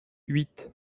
huit